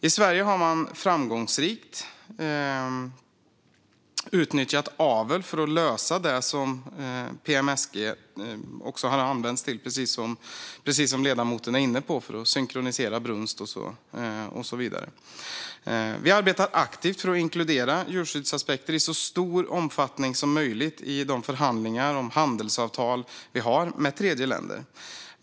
I Sverige har man framgångsrikt utnyttjat avel för att lösa det som PMSG har använts till, precis som ledamoten är inne på - för att synkronisera brunst och så vidare. Vi arbetar aktivt för att inkludera djurskyddsaspekter i så stor omfattning som möjligt i de förhandlingar om handelsavtal som vi har med tredjeländer.